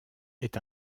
est